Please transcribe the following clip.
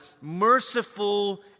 Merciful